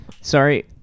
Sorry